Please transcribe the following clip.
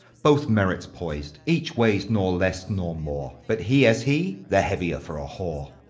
both merits pois'd, each weighs nor less nor more but he as he, the heavier for a whore.